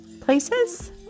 places